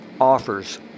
offers